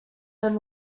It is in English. than